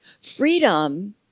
Freedom